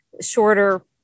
shorter